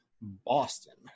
Boston